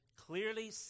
clearly